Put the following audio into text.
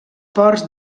ports